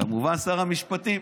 כמובן שר המשפטים.